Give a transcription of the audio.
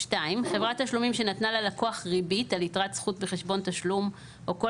חברת תשלומים שנתנה ללקוח ריבית על יתרת זכות בחשבון תשלום או כל